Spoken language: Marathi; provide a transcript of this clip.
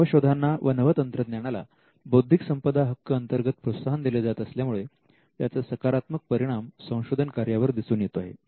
नवशोधांना व नवतंत्रज्ञानाला बौद्धिक संपदा हक्क अंतर्गत प्रोत्साहन दिले जात असल्यामुळे याचा सकारात्मक परिणाम संशोधन कार्यावर दिसून येत आहे